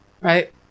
right